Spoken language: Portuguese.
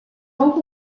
não